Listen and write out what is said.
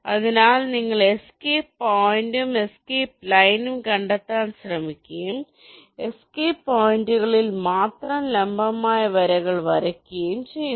അതിനാൽ നിങ്ങൾ എസ്കേപ്പ് പോയിന്റും എസ്കേപ്പ് ലൈനും കണ്ടെത്താൻ ശ്രമിക്കുകയും എസ്കേപ്പ് പോയിന്റുകളിൽ മാത്രം ലംബമായ വരകൾ വരയ്ക്കുകയും ചെയ്യുന്നു